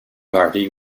party